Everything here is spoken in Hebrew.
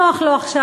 נוח לו עכשיו.